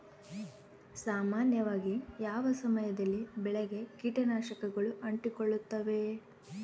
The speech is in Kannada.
ಸಾಮಾನ್ಯವಾಗಿ ಯಾವ ಸಮಯದಲ್ಲಿ ಬೆಳೆಗೆ ಕೇಟನಾಶಕಗಳು ಅಂಟಿಕೊಳ್ಳುತ್ತವೆ?